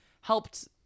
helped